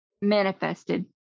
manifested